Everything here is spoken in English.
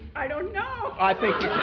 i don't know! i think